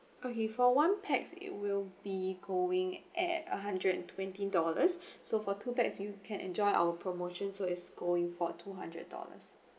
okay for one pax it will be going at a hundred and twenty dollars so for two pax you can enjoy our promotion so it's going for two hundred dollars